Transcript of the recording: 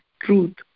truth